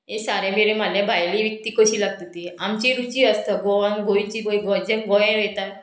हें सारें बेरे मारलें भायली विकती कशी लागता ती आमची रुची आसता गोवान गोंयची गोंयान वयता